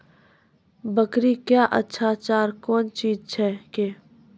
बकरी क्या अच्छा चार कौन चीज छै के?